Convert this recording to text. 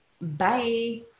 Bye